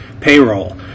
Payroll